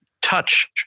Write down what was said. touch